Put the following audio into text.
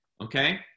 Okay